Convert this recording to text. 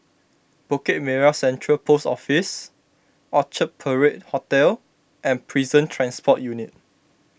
Bukit Merah Central Post Office Orchard Parade Hotel and Prison Transport Unit